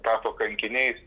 tapo kankiniais